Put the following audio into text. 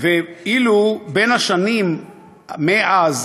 ואילו בשנים מאז,